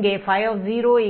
இங்கே 00tan